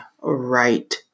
right